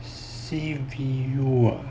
C_B_U